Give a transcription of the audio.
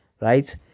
right